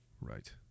Right